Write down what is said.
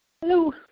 Hello